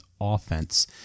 offense